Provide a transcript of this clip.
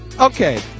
okay